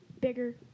bigger